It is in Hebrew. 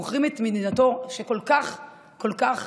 מוכרים את מדינתו, שכל כך כל כך